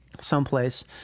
someplace